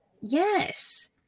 Yes